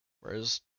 Whereas